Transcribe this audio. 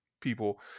people